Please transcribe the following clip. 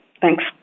Thanks